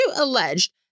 alleged